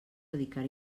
dedicar